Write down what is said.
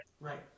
Right